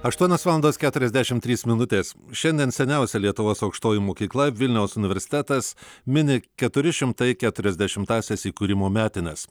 aštuonios valandos keturiasdešimt trys minutės šiandien seniausia lietuvos aukštoji mokykla vilniaus universitetas mini keturi šimtai keturiasdešimtąsias įkūrimo metines